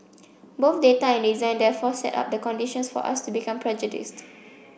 both data and design therefore set up the conditions for us to become prejudiced